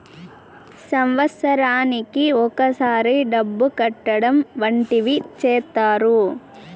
సంవత్సరానికి ఒకసారి డబ్బు కట్టడం వంటివి చేత్తారు